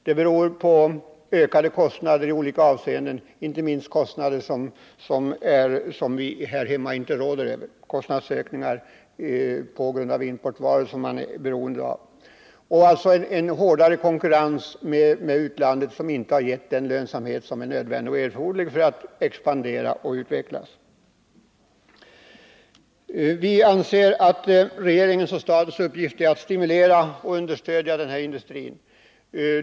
Det beror på ökade kostnader i olika avseenden — inte minst på kostnader som vi här hemma inte råder över, t.ex. kostnadsökningar på importvaror som industrin är beroende av. Det är alltså en hårdare konkurrens med utlandet som har lett till att industrin inte fått den lönsamhet som är erforderlig för att den skall kunna expandera och utvecklas. Utskottsmajoriteten anser att regeringens och statens uppgift är att stimulera och understödja skogsindustrin.